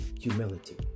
humility